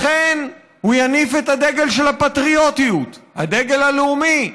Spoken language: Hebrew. לכן הוא יניף את הדגל של הפטריוטיות, הדגל הלאומי.